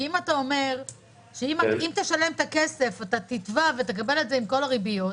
כי אם אתה אומר שאם תשלם את הכסף אתה תתבע ותקבל את זה עם כל הריביות,